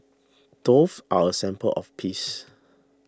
doves are a symbol of peace